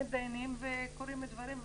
מתדיינים וקורים דברים,